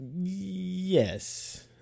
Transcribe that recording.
yes